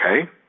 Okay